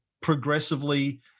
progressively